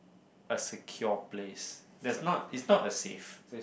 a secure place there's not is not a safe